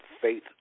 faith